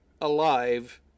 alive